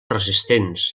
resistents